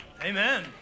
Amen